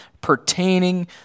pertaining